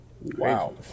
Wow